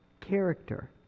character